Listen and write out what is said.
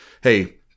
hey